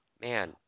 Man